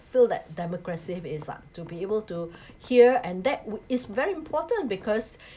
feel that democracy is lah to be able to hear and that would is very important because